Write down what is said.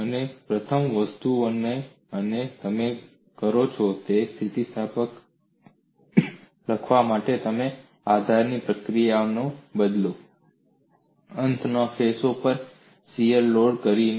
અને પ્રથમ વસ્તુઓમાંની એક તમે કરો છો સીમા સ્થિતિ લખવા માટે તમે આધારની પ્રતિક્રિયાઓને બદલો અંતના ફેસો પર શીયર લોડ કરીને